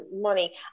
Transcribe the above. money